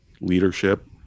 leadership